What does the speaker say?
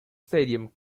stadium